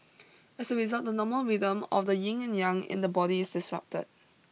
as a result the normal rhythm of the yin and yang in the body is disrupted